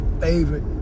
favorite